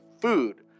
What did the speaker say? food